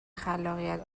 خلاقیت